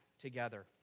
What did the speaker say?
together